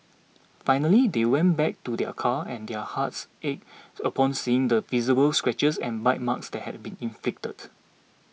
finally they went back to their car and their hearts ached upon seeing the visible scratches and bite marks that had been inflicted